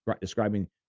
Describing